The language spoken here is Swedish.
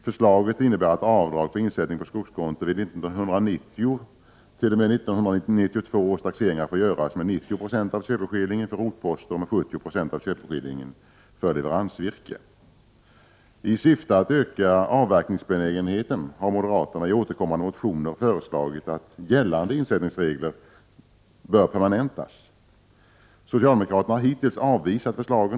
Förslaget innebär att avdrag för insättning på skogskonto vid 1990—1992 års taxeringar får göras med 90 96 av köpeskillingen för rotposter och med 70 96 av köpeskillingen för leveransvirke. I syfte att öka avverkningsbenägenheten har moderaterna i återkommande motioner föreslagit att gällande insättningsregler skall permanentas. Socialdemokraterna har hittills avvisat förslagen.